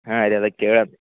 ಹಾಂ ಅದೇ ಅದೇ ಕೇಳೋದು